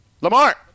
Lamar